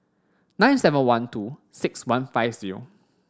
nine seven one two six one five zero